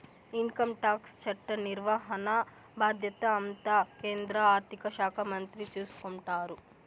income tax చట్ట నిర్వహణ బాధ్యత అంతా కేంద్ర ఆర్థిక శాఖ మంత్రి చూసుకుంటారు